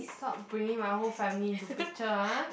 stop bringing my whole family into picture ah